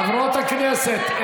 חברות הכנסת,